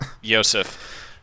Yosef